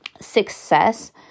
success